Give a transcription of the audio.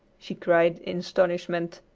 she cried in astonishment.